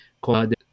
called